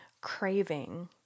craving